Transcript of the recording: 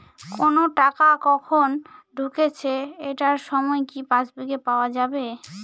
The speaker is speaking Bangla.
কোনো টাকা কখন ঢুকেছে এটার সময় কি পাসবুকে পাওয়া যাবে?